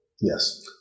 Yes